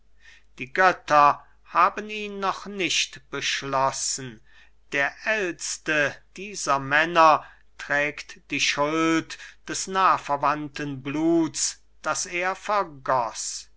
die götter haben ihn noch nicht beschlossen der ält'ste dieser männer trägt die schuld des nahverwandten bluts das er vergoß